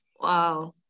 Wow